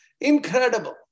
Incredible